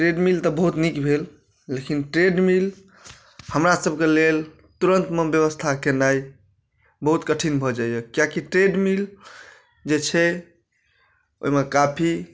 treadmill तऽ बहुत नीक भेल लेकिन ट्रेडमिल हमरासबके लेल तुरन्तमे बेबस्था केनाइ बहुत कठिन भऽ जाइए कियाकि ट्रेडमिल जे छै ओहिमे काफी